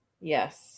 Yes